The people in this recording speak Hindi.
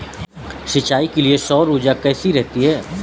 सिंचाई के लिए सौर ऊर्जा कैसी रहती है?